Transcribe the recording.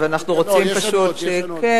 אנחנו רוצים פשוט, לא.